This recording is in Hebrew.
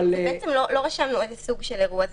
לא רשמנו איזה סוג של אירוע זה.